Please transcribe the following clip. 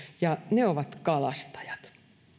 ja ne ovat kalastajat